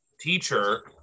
teacher